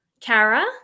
Kara